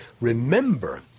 remember